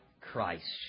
Christ